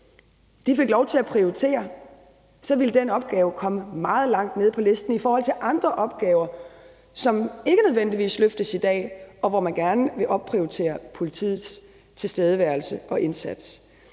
fik lov til at prioritere, ville den opgave komme meget langt ned på listen i forhold til andre opgaver, som ikke nødvendigvis løftes i dag, og hvor man gerne vil opprioritere politiets tilstedeværelse og indsats.